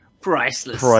Priceless